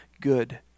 good